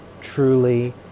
Truly